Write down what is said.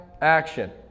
action